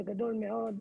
בגדול מאוד,